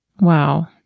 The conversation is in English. Wow